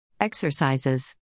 Exercises